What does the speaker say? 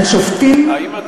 על שופטים?